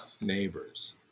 neighbors